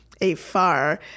afar